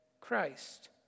Christ